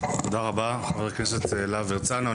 תודה רבה חבר הכנסת להב הרצנו.